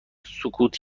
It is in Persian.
سکوت